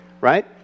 right